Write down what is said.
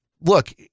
look